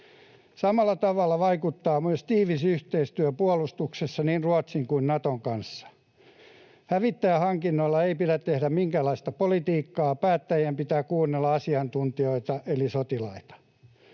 Samalla tavalla vaikuttaa myös tiivis yhteistyö puolustuksessa niin Ruotsin kuin Naton kanssa. Hävittäjähankinnoilla ei pidä tehdä minkäänlaista politiikkaa, ja päättäjien pitää kuunnella asiantuntijoita eli sotilaita.